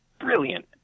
brilliant